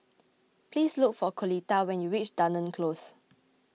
please look for Coletta when you reach Dunearn Close